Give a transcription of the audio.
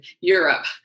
Europe